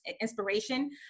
inspiration